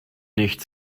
nicht